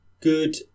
good